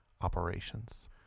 operations